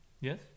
yes